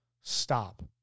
stop